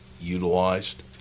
utilized